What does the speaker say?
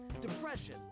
depression